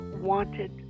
wanted